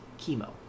chemo